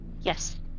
Yes